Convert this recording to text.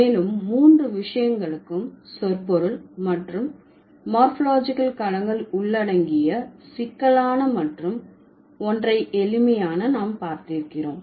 மேலும் மூன்று விஷயங்களுக்கும் சொற்பொருள் மற்றும் மோர்பாலஜிகல் களங்கள் உள்ளடங்கிய சிக்கலான மற்றும் ஒன்றை எளிமையான நாம் பார்த்திருக்கிறோம்